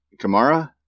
Kamara